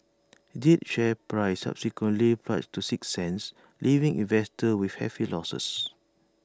jade's share price subsequently plunged to six cents leaving investors with hefty losses